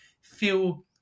feel